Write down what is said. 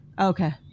okay